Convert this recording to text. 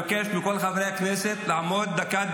ואנחנו מבקשים מהממשלה ומהעומד בראשה